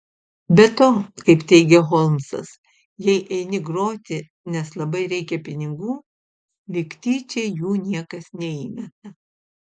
be to kaip teigia holmsas jei eini groti nes labai reikia pinigų lyg tyčia jų niekas neįmeta